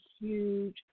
huge